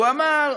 הוא אמר: